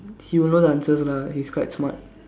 he will know the answers lah he's quite smart